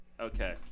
Okay